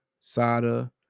sada